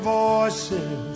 voices